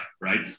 right